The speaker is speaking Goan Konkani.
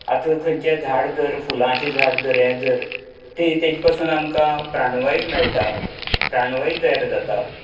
आतां खंयचें झाड जर फुलांचें झाड जर यें जर त तेजें पासून आमकां प्राणवायू मेळटा प्राणवायू तयार जाता